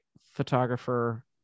photographer